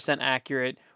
accurate